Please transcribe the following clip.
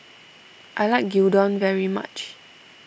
I like Gyudon very much